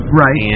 right